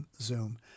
Zoom